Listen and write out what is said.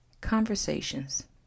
conversations